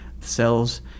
cells